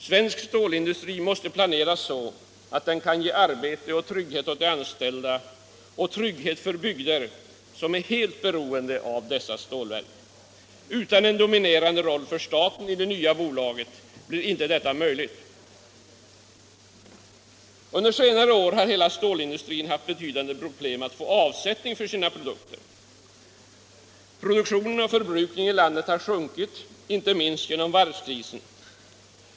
Svensk stålindustri måste planeras så, att den kan ge arbete och trygghet åt de anställda och trygghet för de bygder som är helt beroende av dessa stålverk. Utan en dominerande roll för staten i det nya bolaget blir inte detta möjligt. Under senare år har hela stålindustrin haft betydande problem med att få avsättning för sina produkter. Produktionen och förbrukningen i landet har sjunkit, inte minst genom varvskrisen.